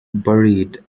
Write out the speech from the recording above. buried